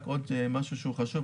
רק עוד משהו שהוא חשוב,